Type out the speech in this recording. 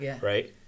right